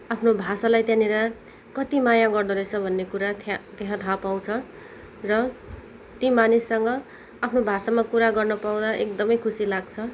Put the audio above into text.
आफ्नो भाषालाई त्यहाँनिर कति माया गर्दोरहेछ भन्ने कुरा त्यहाँ त्यहाँ थाहा पाउँछ र ती मानिससँग आफ्नो भाषामा कुरा गर्नपाउँदा एकदमै खुसी लाग्छ